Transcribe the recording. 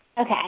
Okay